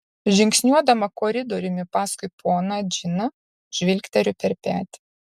žingsniuodama koridoriumi paskui ponią džiną žvilgteliu per petį